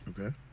Okay